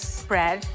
spread